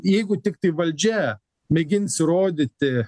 jeigu tiktai valdžia mėgins įrodyti